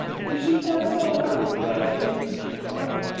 this is my father, brad-lee, she cried.